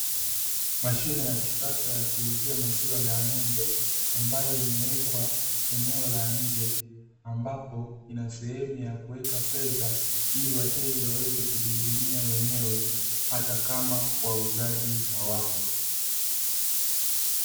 Mashine ya kisasa ya kuuzia maziwa ya ng'ombe, ambayo imewekwa eneo la nje ambapo ina sehemu ya kuweka fedha ili wateja waweze kujihudumia wenyewe, hata kama wauzaji hawapo.